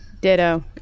Ditto